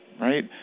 right